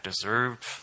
deserved